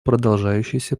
продолжающейся